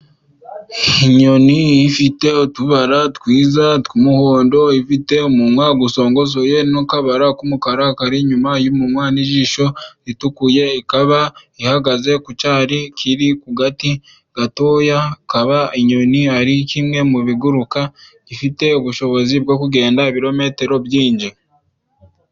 Inyoni ifite utubara twiza tw'umuhondo. Ifite umunwa usongosoye n'akabara k'umukara kari inyuma y'umunwa n'ijisho ritukuye. Ikaba ihagaze ku cyari kiri ku gati gatoya, ikaba inyoni ari kimwe mu biguruka gifite ubushobozi bwo kugenda ibirometero byinshi.